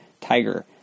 Tiger